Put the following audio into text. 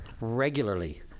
regularly